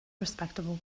respectable